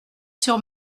sur